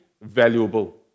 valuable